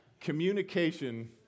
Communication